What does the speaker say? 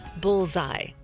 Bullseye